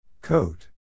Coat